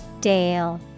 Dale